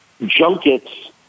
junkets